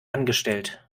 angestellt